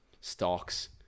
stocks